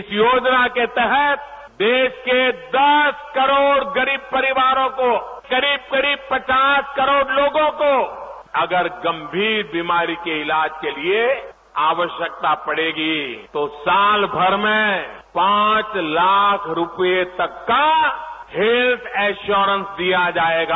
इस योजना के तहत देश के दस करोड़ गरीब परिवारों को करीब करीब पचास करोड़ लोगों को अगर गंभीर बीमारी के इलाज के लिए आवश्यकता पड़ेगी तो सालभर में पांच लाख रूपये तक का हेल्थ इंश्योरेंस दिया जाएगा